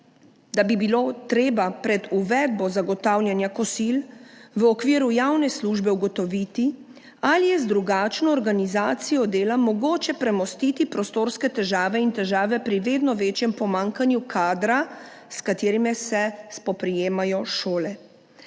da bi bilo treba pred uvedbo zagotavljanja kosil v okviru javne službe ugotoviti, ali je z drugačno organizacijo dela mogoče premostiti prostorske težave in težave pri vedno večjem pomanjkanju kadra, s katerimi se spoprijemajo šole.